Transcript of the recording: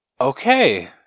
Okay